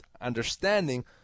understanding